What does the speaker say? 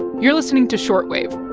you're listening to short wave